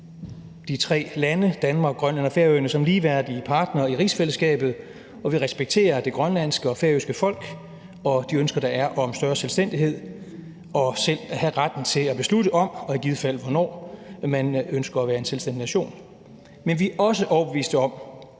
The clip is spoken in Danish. de tre lande Danmark, Grønland og Færøerne som ligeværdige partnere i rigsfællesskabet, og vi respekterer det grønlandske og færøske folk og de ønsker, der er om større selvstændighed og selv at have retten til at beslutte om og i givet fald hvornår, man ønsker at være en selvstændig nation. Men vi er også overbevist om,